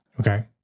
Okay